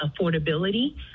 affordability